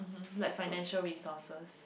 like financial resources